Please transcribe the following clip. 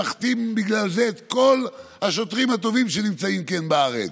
שמכתים בגלל זה את כל השוטרים הטובים שנמצאים בארץ.